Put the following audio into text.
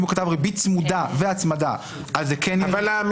אם הוא כתב ריבית צמודה והצמדה זה כן יהיה.